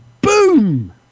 boom